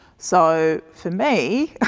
so for me,